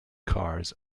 cars